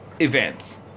events